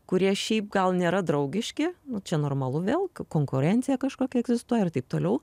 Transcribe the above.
kurie šiaip gal nėra draugiški čia normalu vėl konkurencija kažkokia egzistuoja ir taip toliau